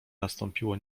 nastąpiło